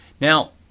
Now